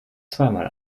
zweimal